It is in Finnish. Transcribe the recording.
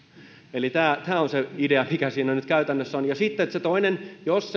eli tämä on se idea mikä siinä nyt käytännössä on ja sitten se toinen jos